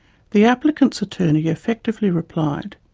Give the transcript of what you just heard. the applicant's attorney effectively replied